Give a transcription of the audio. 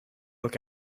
look